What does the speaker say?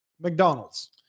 McDonald's